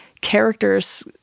characters-